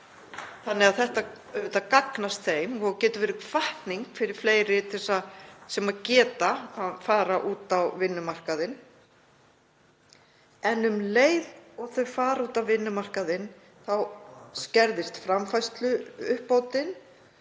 þetta gagnast þeim og getur verið hvatning fyrir fleiri sem geta farið út á vinnumarkaðinn. En um leið og þau fara út á vinnumarkaðinn þá skerðist framfærsluuppbótin